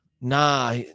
Nah